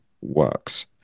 Works